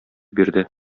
бирде